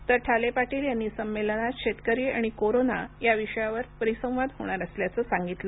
तर ठाले पाटील यांनी संमेलनात शेतकरी आणि कोरोना या विषयावर परिसंवाद होणार असल्याचं सांगितलं